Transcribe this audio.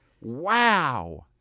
Wow